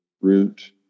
root